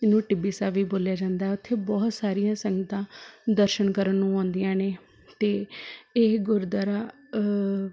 ਇਹਨੂੰ ਟਿੱਬੀ ਸਾਹਿਬ ਵੀ ਬੋਲਿਆ ਜਾਂਦਾ ਉੱਥੇ ਬਹੁਤ ਸਾਰੀਆਂ ਸੰਗਤਾਂ ਦਰਸ਼ਨ ਕਰਨ ਨੂੰ ਆਉਂਦੀਆਂ ਨੇ ਅਤੇ ਇਹ ਗੁਰਦੁਆਰਾ